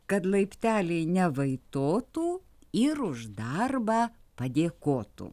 kad laipteliai nevaitotų ir už darbą padėkotų